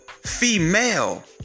female